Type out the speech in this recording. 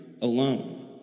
alone